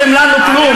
כספים נראה לי.